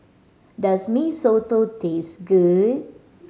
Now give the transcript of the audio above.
does Mee Soto taste good